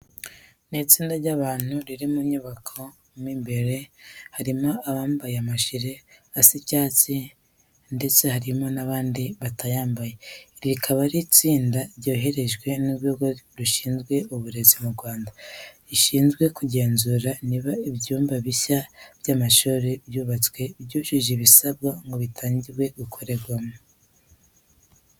Ni itsinda ry'abantu riri mu nyubako mo imbere, harimo abambaye amajire asa icyatsi ndetse harimo n'abandi batayambaye. Iri rikaba ari itsinda ryoherejwe n'Urwego rushinzwe Uburezi mu Rwanda, rishinzwe kugenzura niba ibyumba bishya by'amashuri byubatswe byujuje ibisabwa ngo bitangire gukoreshwa.